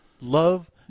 love